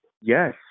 Yes